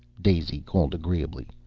daisy called agreeably.